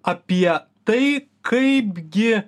apie tai kaipgi